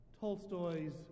Tolstoy's